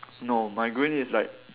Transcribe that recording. no my green is like